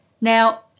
Now